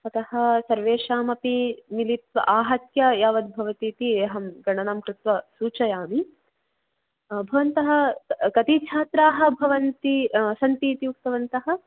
अतः सर्वेषामपि मिलित्वा आहत्य यावद्भवतीति अहं गणनां कृत्वा सूचयामि भवन्तः कति छात्राः भवन्ति सन्ति इति उक्तवन्तः